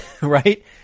right